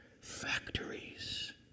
factories